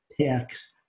tax